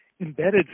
embedded